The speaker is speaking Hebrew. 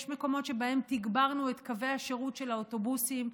יש מקומות שבהם תגברנו את קווי השירות של האוטובוסים,